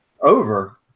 over